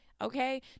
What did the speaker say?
Okay